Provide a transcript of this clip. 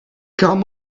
come